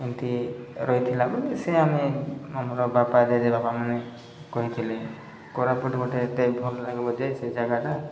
ଏମିତି ରହିଥିଲା ବୋଲି ସେ ଆମେ ଆମର ବାପା ଜେଜେ ବାପା ମାନେ କହିଥିଲେ କୋରାପୁଟ ଗୋଟେ ଏତେ ଭଲ ଜାଗା ଯେ ସେ ଜାଗାଟା